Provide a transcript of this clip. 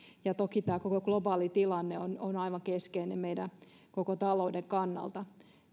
ja toki tämä koko globaali tilanne on on aivan keskeinen meidän koko talouden kannalta